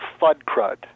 FUDCRUD